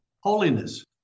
Holiness